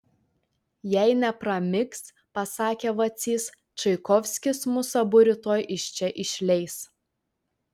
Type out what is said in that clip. jei nepramigs pasakė vacys čaikovskis mus abu rytoj iš čia išleis